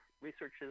researches